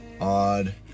odd